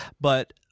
But-